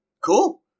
Cool